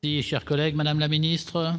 pire. Chers collègues, Madame la ministre.